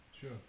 Sure